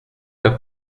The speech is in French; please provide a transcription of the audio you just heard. pas